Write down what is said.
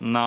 na